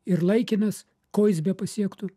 ir laikinas ko jis bepasiektų